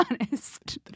honest